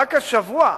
ורק השבוע,